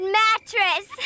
mattress